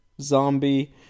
Zombie